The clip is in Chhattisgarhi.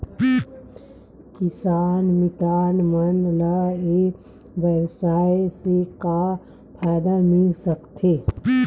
किसान मितान मन ला ई व्यवसाय से का फ़ायदा मिल सकथे?